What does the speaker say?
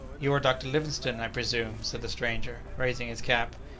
you are dr. livingstone, i presume, said the stranger, raising his cap.